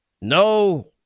No